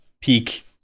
peak